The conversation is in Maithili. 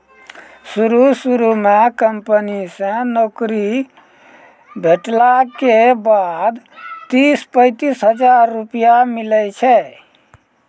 शुरू शुरू म कंपनी से नौकरी भेटला के बाद तीस पैंतीस हजार रुपिया मिलै छै